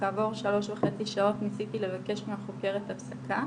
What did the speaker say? כעבור שלוש וחצי שעות, ניסיתי לבקש מהחוקרת הפסקה,